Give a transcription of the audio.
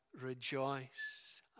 rejoice